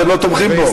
אתם לא תומכים בו.